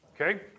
okay